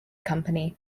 company